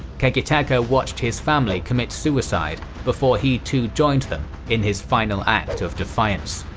kagetaka watched his family commit suicide before he too joined them in his final act of defiance.